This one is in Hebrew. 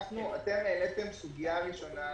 אתם העליתם סוגיה ראשונה,